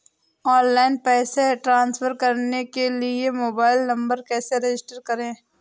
Online पैसे transfer करने के लिए मोबाइल नंबर कैसे रजिस्टर करें?